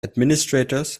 administrators